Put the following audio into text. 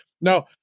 No